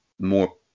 more